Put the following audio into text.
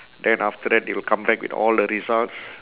then after that they will come back with all the results